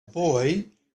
boy